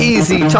Easy